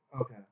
Okay